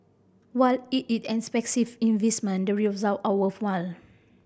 while it is an expensive investment the result are worthwhile